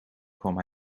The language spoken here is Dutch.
kwam